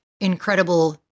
incredible